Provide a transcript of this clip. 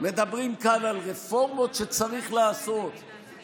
מדברים כאן על רפורמות שצריך לעשות,